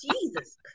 Jesus